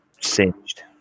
singed